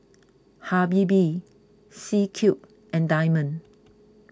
Habibie C Cube and Diamond